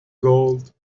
gold